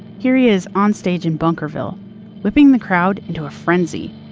here he is on stage in bunkerville whipping the crowd into a frenzy,